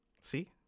see